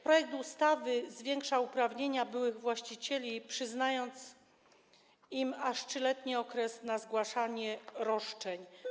Projekt ustawy zwiększa uprawnienia byłych właścicieli, przyznając im aż 3-letni okres na zgłaszanie roszczeń.